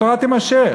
התורה תימשך.